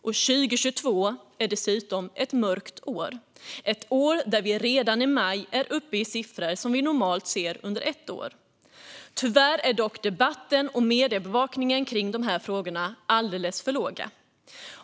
Dessutom är 2022 ett mörkt år, då vi redan i maj är uppe i siffror vi normalt ser under ett år. Tyvärr är debatten kring och mediebevakningen av dessa frågor alldeles för liten.